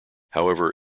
however